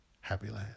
Happyland